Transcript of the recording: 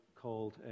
called